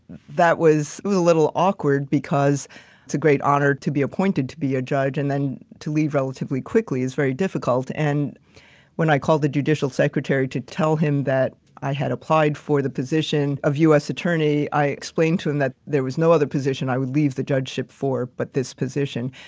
that was was a little awkward, because it's a great honor to be appointed to be a judge, and then to leave relatively quickly is very difficult. and when i called the judicial secretary to tell him that i had applied for the position of us attorney, i explained to him that there was no other position i would leave the judgeship for but this position,